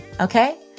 okay